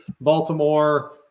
Baltimore